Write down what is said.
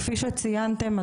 כפי שציינתם,